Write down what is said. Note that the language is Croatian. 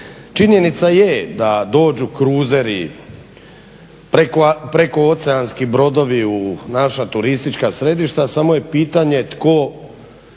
Činjenica je da dođu kruzeri, prekooceanski brodovi u naša turistička središta samo je pitanje tko